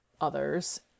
others